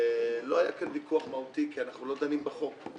ולא היה כאן ויכוח מהותי כי אנחנו לא דנים בחוק.